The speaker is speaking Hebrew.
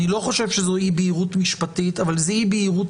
אני לא חושב שזו אי בהירות משפטית אבל זו אי בהירות